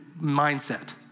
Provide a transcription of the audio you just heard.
mindset